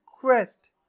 quest